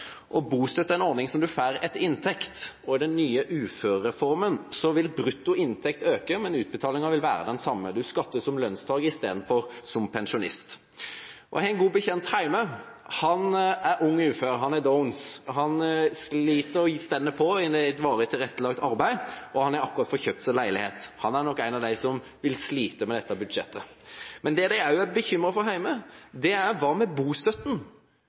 Bostøtte er en ordning man får etter inntekt. Etter den nye uførereformen vil brutto inntekt øke, men utbetalinga vil være den samme. Man skatter som lønnstaker i stedet for som pensjonist. Jeg har en god bekjent hjemme. Han er ung ufør, han har Downs syndrom. Han sliter og står på i et varig tilrettelagt arbeid og har akkurat fått kjøpt seg leilighet. Han er nok en av dem som vil slite med dette budsjettet. Men det man også er bekymret for hjemme, er bostøtten. Hva